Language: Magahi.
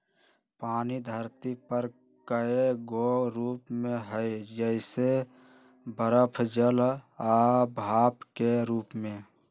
पानी धरती पर कए गो रूप में हई जइसे बरफ जल आ भाप के रूप में